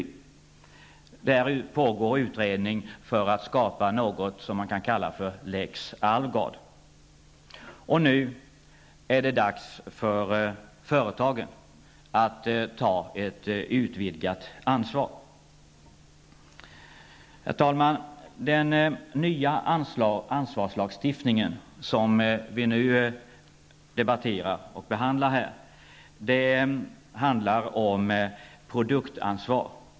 I det fallet pågår nu en utredningen för att något som skulle kunna kallas lex Alvgard skall skapas. Efter detta är det nu dags för företagen att ta ett utvidgat ansvar. Herr talman! Den nya ansvarslagstiftningen, som vi nu debatterar och behandlar, handlar om produktansvar.